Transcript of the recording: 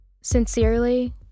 Sincerely